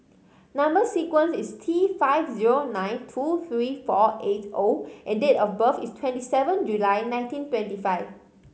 number sequence is T five zero nine two three four eight O and date of birth is twenty seven July nineteen twenty five